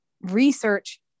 research